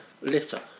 litter